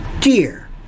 dear